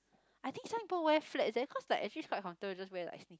I think some people wear flats eh cause like actually is quite comfortable you just wear like sneak~